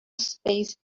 space